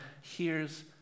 hears